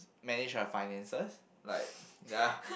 manage her finances like ya